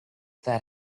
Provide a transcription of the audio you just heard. that